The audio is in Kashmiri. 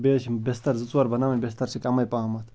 بیٚیہِ حظ چھِم بِستَر زٕ ژور بَناوٕنۍ بِستَر چھِ کَمٕے پَہمَتھ